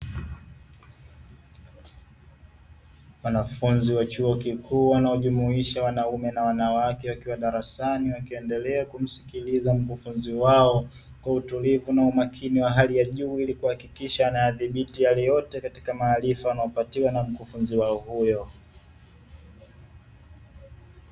Wanafunzi wa chuo kikuu wanaojumuisha wanaume na wanawake wakiwa darasani wakiendelea kumsikiliza mkufunzi wao kwa utulivu na umakini wa hali ya juu, ili kuhakikisha wanayadhibiti yale yote katika maarifa wanayopatiwa na mkufunzi wao huyo.